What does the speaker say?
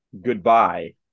goodbye